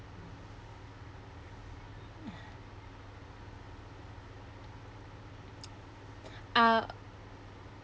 uh